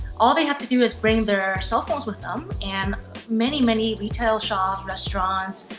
all they have to do is bring their cell phones with them and many, many retail shops, restaurants,